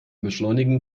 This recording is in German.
beschleunigen